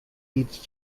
teach